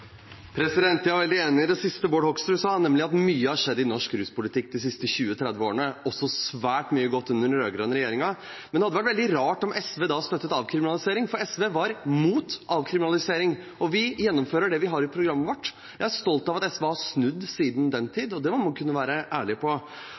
skjedd i norsk ruspolitikk de siste 20–30 årene, også svært mye godt under den rød-grønne regjeringen. Men det hadde vært veldig rart om SV da støttet avkriminalisering, for SV var mot avkriminalisering, og vi gjennomfører det vi har i programmet vårt. Jeg er stolt av at SV har snudd siden den